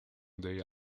they